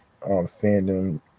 fandom